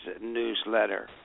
Newsletter